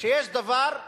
שיש דבר,